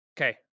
Okay